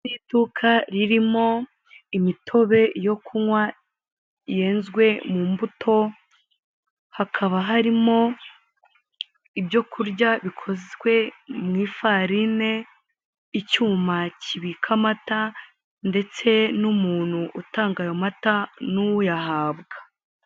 Hari iduka ririmo imitobe yo kunywa yenzwe mu mbuto, hakaba harimo ibyo kurya bikozwe mu ifarine, icyuma kibika amata ndetse n'umuntu utanga ayo mata, n'uyahabwa.